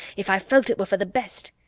if i felt it were for the best.